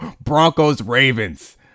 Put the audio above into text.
Broncos-Ravens